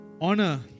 honor